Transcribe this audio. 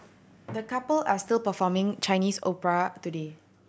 the couple are still performing Chinese opera today